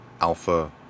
Alpha